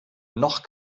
noch